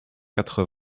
quatre